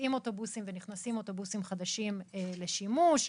כשאוטובוסים יוצאים ואוטובוסים חדשים נכנסים לשימוש,